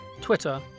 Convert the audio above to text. Twitter